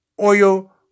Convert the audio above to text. oil